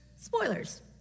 spoilers